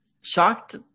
shocked